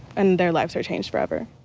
and their lives are changed forever.